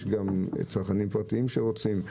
יש גם צרכנים פרטיים שרוצים.